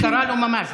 מי קרא לו ממ"ז?